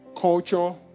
culture